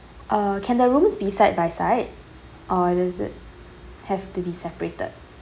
uh can the rooms be side by side or is it have to be separated